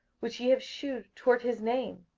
which ye have shewed toward his name,